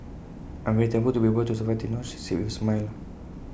I'm very thankful to be able to survive till now she said with A smile